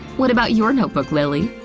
what about your notebook, lilly?